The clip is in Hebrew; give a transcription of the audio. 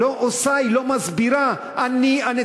לא עושה, היא לא מסבירה.